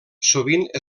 sovint